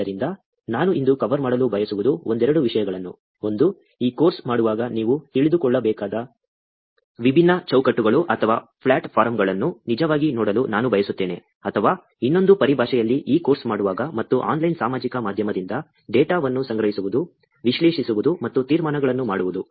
ಆದ್ದರಿಂದ ನಾನು ಇಂದು ಕವರ್ ಮಾಡಲು ಬಯಸುವುದು ಒಂದೆರಡು ವಿಷಯಗಳನ್ನು ಒಂದು ಈ ಕೋರ್ಸ್ ಮಾಡುವಾಗ ನೀವು ತಿಳಿದುಕೊಳ್ಳಬೇಕಾದ ವಿಭಿನ್ನ ಚೌಕಟ್ಟುಗಳು ಅಥವಾ ಪ್ಲಾಟ್ಫಾರ್ಮ್ಗಳನ್ನು ನಿಜವಾಗಿ ನೋಡಲು ನಾನು ಬಯಸುತ್ತೇನೆ ಅಥವಾ ಇನ್ನೊಂದು ಪರಿಭಾಷೆಯಲ್ಲಿ ಈ ಕೋರ್ಸ್ ಮಾಡುವಾಗ ಮತ್ತು ಆನ್ಲೈನ್ ಸಾಮಾಜಿಕ ಮಾಧ್ಯಮದಿಂದ ಡೇಟಾವನ್ನು ಸಂಗ್ರಹಿಸುವುದು ವಿಶ್ಲೇಷಿಸುವುದು ಮತ್ತು ತೀರ್ಮಾನಗಳನ್ನು ಮಾಡುವುದು